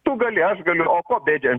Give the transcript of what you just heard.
tu gali aš galiu o ko bėdžiam